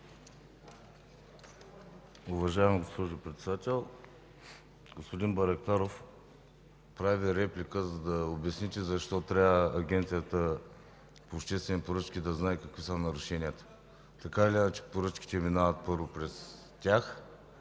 Уважаема госпожо Председател! Господин Байрактаров, правя реплика, за да обясните защо трябва Агенцията по обществени поръчки да знае какви са нарушенията. Така или иначе поръчките минават първо през тях